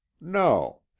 No